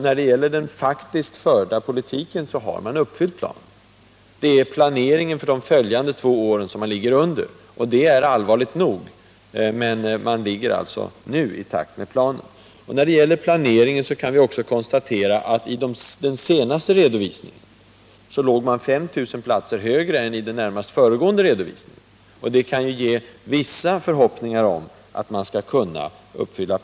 När det gäller den faktiskt förda politiken har man alltså uppfyllt planen. Det är i planeringen för de följande två åren som man ligger efter, och det är allvarligt nog. Vi kan också konstatera att den senaste redovisningen upptog en ökning med 5 000 platser i jämförelse med den närmast föregående. Detta kan ge vissa förhoppningar om att planen skall kunna uppfyllas.